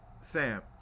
Sam